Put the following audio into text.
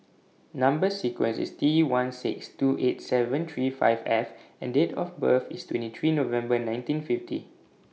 Number sequence IS T one six two eight seven three five F and Date of birth IS twenty three November nineteen fifty